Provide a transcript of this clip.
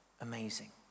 amazing